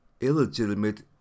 illegitimate